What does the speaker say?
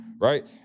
Right